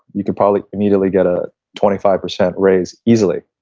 you could probably immediately get a twenty five percent raise, easily.